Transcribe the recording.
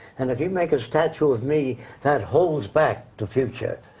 and if you make a statue of me, that holds back the future.